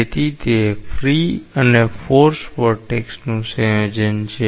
તેથી તે ફ્રી અને ફોર્સ વરટેક્સનું સંયોજન છે